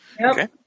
Okay